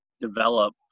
develop